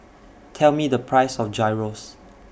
Tell Me The Price of Gyros